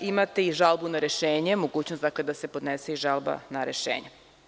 Imate i žalbu na rešenje, mogućnost da se podnese i žalba na rešenje.